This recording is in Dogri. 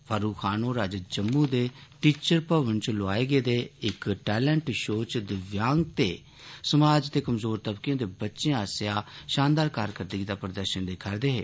फारूक खान होर अज्ज जम्मू दे टीचर भवन च लोआए गेदे इक टैलैंट शो च दिव्यांग ते समाज दे कमजोर तबके दे बच्चे आस्सेआ शानदार कारकरदगी दा प्रदर्शन दिक्खा'रदे हे